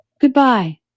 Goodbye